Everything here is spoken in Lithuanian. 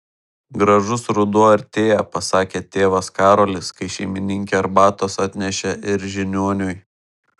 gražus ruduo artėja pasakė tėvas karolis kai šeimininkė arbatos atnešė ir žiniuoniui